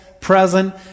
present